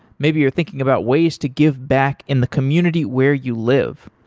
maybe you're thinking about ways to give back in the community where you live.